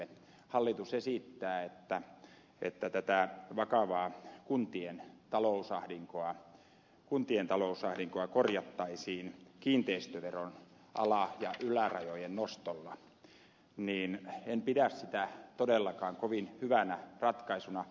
kun hallitus esittää että tätä vakavaa kuntien talousahdinkoa korjattaisiin kiinteistöveron ala ja ylärajojen nostolla niin en pidä sitä todellakaan kovin hyvänä ratkaisuna